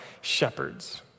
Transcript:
shepherds